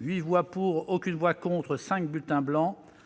huit voix pour, aucune voix contre, cinq bulletins blancs